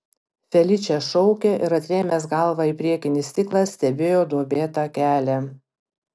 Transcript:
feličė šaukė ir atrėmęs galvą į priekinį stiklą stebėjo duobėtą kelią